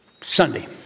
Sunday